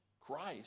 Christ